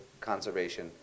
conservation